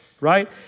right